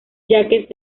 jacques